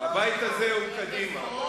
הבית הזה הוא קדימה.